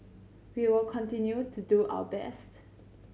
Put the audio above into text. we will continue to do our best